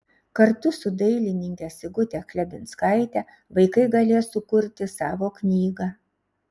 kartu su dailininke sigute chlebinskaite vaikai galės sukurti savo knygą